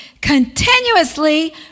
Continuously